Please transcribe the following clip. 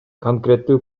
конкреттүү